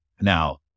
now